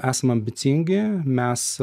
esam ambicingi mes